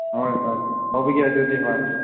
ꯍꯣꯏ ꯍꯣꯏ ꯇꯧꯕꯤꯒꯦ ꯑꯗꯨꯗꯤ ꯍꯣꯏ